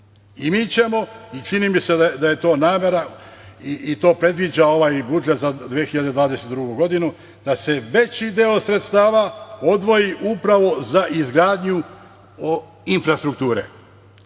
ćemo, a čini mi se da je to namera i to predviđa ovaj budžet za 2022. godinu, da se veći deo sredstava odvoji upravo za izgradnju infrastrukture,